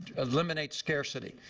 eliminate scarcity.